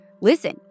listen